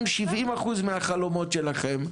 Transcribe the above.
אבל לא להתבייש להגיד לממשלה "קיבלתם 70 אחוז מהחלומות שלכם,